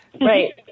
Right